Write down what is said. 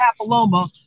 papilloma